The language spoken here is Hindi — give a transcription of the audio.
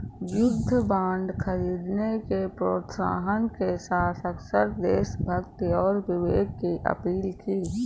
युद्ध बांड खरीदने के प्रोत्साहन के साथ अक्सर देशभक्ति और विवेक की अपील की जाती है